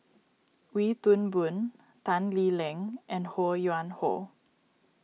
Wee Toon Boon Tan Lee Leng and Ho Yuen Hoe